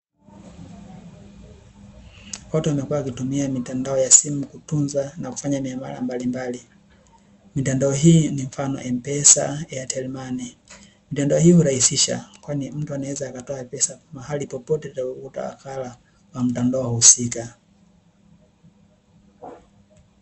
Watu wamekuwa wakitumia mitandao ya simu kutunza nakufanya miamala mbalimbali, mitandao hii ni kama, Mpesa ,Airtel Money. Mitandao hii hurahisisha kwani mtu anaweza akatoa pesa mahali popote akimkuta wakala wa mtandao husika.